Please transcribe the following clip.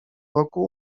roku